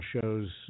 shows